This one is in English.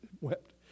wept